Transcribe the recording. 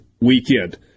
weekend